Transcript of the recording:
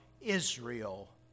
Israel